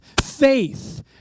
faith